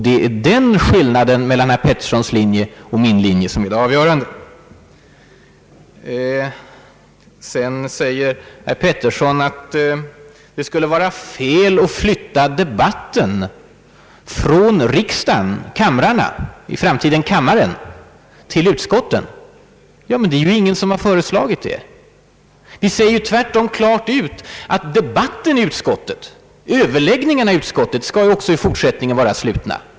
Det är den skillnaden mellan herr Petterssons linje och min som är avgörande. Vidare säger herr Pettersson att det skulle vara fel att flytta debatten från riksdagens kamrar — i framtiden kammare — till utskotten. Det är ingen som har föreslagit det heller. Vi säger tvärtom klart ut att överläggningarna i utskottet också i fortsättningen skall vara slutna.